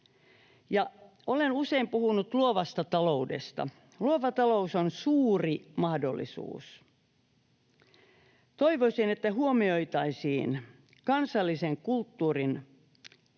Olen usein puhunut luovasta taloudesta. Luova talous on suuri mahdollisuus. Toivoisin, että huomioitaisiin kansallisen kulttuurin tilanne,